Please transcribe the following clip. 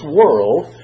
world